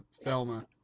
Thelma